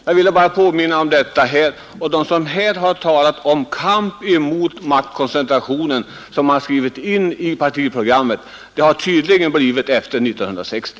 Jag ville bara påminna om detta, när man här talar om att kamp mot maktkoncentrationen har skrivits in i partiprogrammen — det har tydligen skett efter 1960.